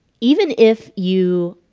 even if you